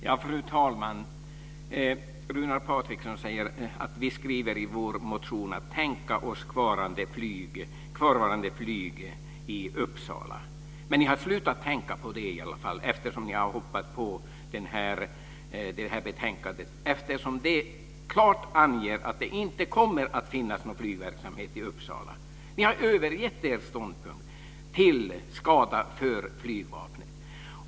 Fru talman! Runar Patriksson säger: Vi skriver i vår motion att vi kan tänka oss kvarvarande flyg i Uppsala. Men ni har i alla fall slutat att tänka på det, eftersom ni har hoppat på skrivningen i det här betänkandet. Där anges det nämligen klart att det inte kommer att finnas någon flygverksamhet i Uppsala. Ni har övergett er ståndpunkt till skada för flygvapnet.